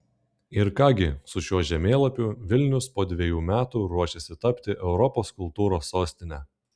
ir ką gi su šiuo žemėlapiu vilnius po dviejų metų ruošiasi tapti europos kultūros sostine